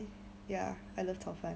ya I love 炒饭